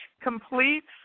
completes